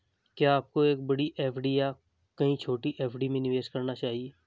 क्या आपको एक बड़ी एफ.डी या कई छोटी एफ.डी में निवेश करना चाहिए?